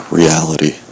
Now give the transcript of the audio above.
reality